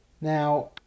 Now